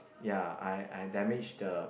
ya I I damage the